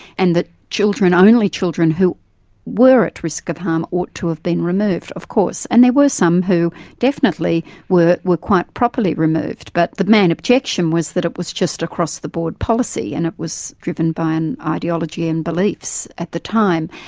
and that children, only children who were at risk of harm ought to have been removed, of course, and there were some who definitely were were quite properly removed, but the main objection was that it was just across the board policy, and it was driven by an ideology and beliefs beliefs at the time.